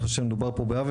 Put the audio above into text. ואני חושב שמדובר פה בעוול,